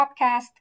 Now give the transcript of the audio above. podcast